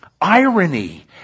irony